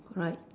right